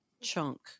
chunk